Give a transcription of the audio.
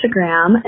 Instagram